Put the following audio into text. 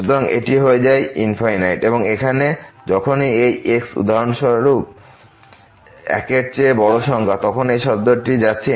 সুতরাং এটি হয়ে যায় এবং এখানে যখনই এই x উদাহরণস্বরূপ 1 এর চেয়ে বড় সংখ্যা তখন এই শব্দটিও যাচ্ছে